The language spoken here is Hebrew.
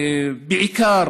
בעיקר